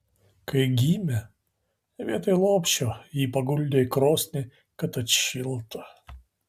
kai gimė vietoj lopšio jį paguldė į krosnį kad atšiltų